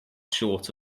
short